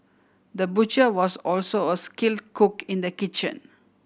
the butcher was also a skill cook in the kitchen